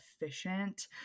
efficient